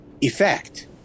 effect